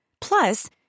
Plus